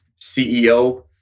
CEO